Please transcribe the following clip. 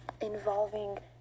involving